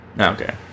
Okay